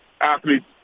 athletes